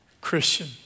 Christian